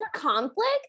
conflict